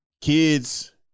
kids